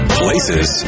places